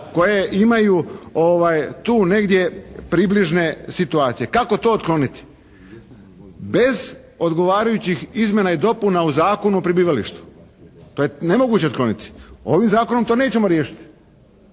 koje imaju tu negdje približne situacije. Kako to otkloniti? Bez odgovarajućih izmjena i dopuna u Zakonu o prebivalištu, to je nemoguće otkloniti. Ovim zakonom to nećemo riješiti.